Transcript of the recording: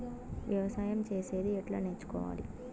వ్యవసాయం చేసేది ఎట్లా నేర్చుకోవాలి?